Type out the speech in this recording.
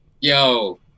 yo